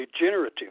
degenerative